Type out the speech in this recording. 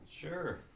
Sure